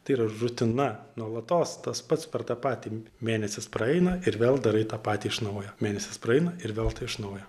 tai yra rutina nuolatos tas pats per tą patį mėnesį praeina ir vėl darai tą patį iš naujo mėnesis praeina ir vėl tai iš naujo